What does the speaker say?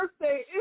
birthday